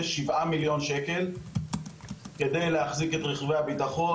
7 מיליון שקל כדי להחזיק את רכבי הביטחון,